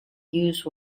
use